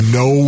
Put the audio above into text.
no